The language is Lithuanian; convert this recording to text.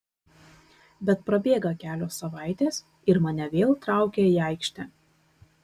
bet prabėga kelios savaitės ir mane vėl traukia į aikštę